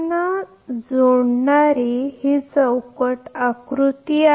तर हे दोन क्षेत्र परस्पर जोडलेले ब्लॉक आकृती आहे